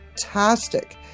fantastic